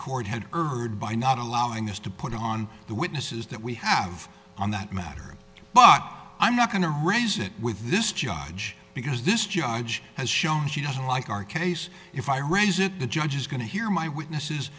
court had urged by not allowing us to put on the witnesses that we have on that matter but i'm not going to raise it with this judge because this judge has shown she doesn't like our case if i raise it the judge is going to hear my witnesses